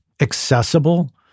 accessible